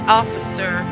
officer